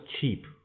cheap